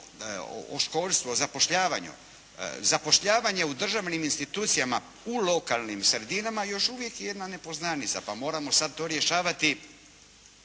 o školstvu, o zapošljavanju. Zapošljavanje u državnim institucijama u lokalnim sredinama još uvijek je jedna nepoznanica, pa moramo sada to rješavati